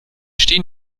stehen